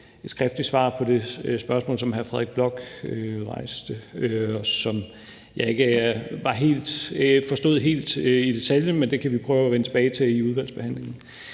et skriftligt svar på det spørgsmål, som hr. Frederik Bloch Münster rejste, og som jeg ikke forstod helt i detaljen, men det kan vi prøve at vende tilbage til i udvalgsbehandlingen.